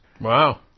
Wow